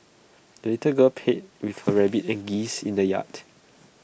the little girl played with her rabbit and geese in the yard